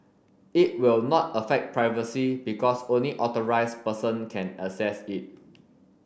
it will not affect privacy because only authorised person can access it